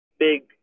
big